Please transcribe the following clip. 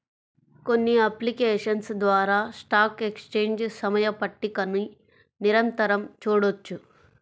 కొన్ని అప్లికేషన్స్ ద్వారా stock exchange సమయ పట్టికని నిరంతరం చూడొచ్చు